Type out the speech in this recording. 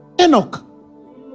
enoch